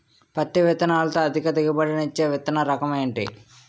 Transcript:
పత్తి విత్తనాలతో అధిక దిగుబడి నిచ్చే విత్తన రకం ఏంటి?